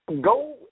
Go